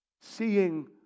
seeing